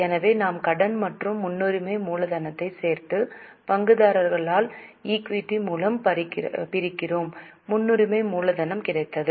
எனவே நாம் கடன் மற்றும் முன்னுரிமை மூலதனத்தை சேர்த்து பங்குதாரர்களால் ஈக்விட்டி மூலம் பிரிக்கிறோம் முன்னுரிமை மூலதனம் கிடைத்தது